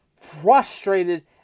frustrated